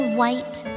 white